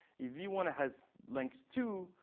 if v one has length two,